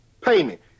payment